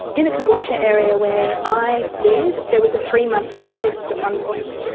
in the caboolture area where i live, there was a three-month wait list at one point.